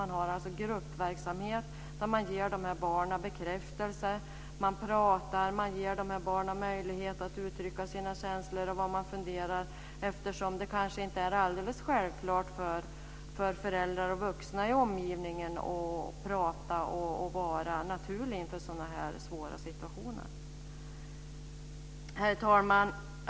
Man har gruppverksamhet där man ger barnen bekräftelse, pratar och ger barnen möjlighet att uttrycka sina känslor och vad de funderar över. Det kanske inte är alldeles självklart för föräldrar och vuxna i omgivningen att prata och vara naturlig inför sådana svåra situationer. Herr talman!